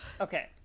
Okay